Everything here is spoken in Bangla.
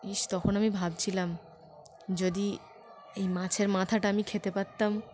ইস তখন আমি ভাবছিলাম যদি এই মাছের মাথাটা আমি খেতে পারতাম